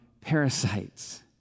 parasites